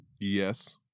Yes